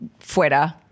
fuera